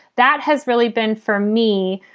that has really been for me.